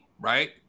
right